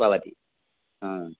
भवति हा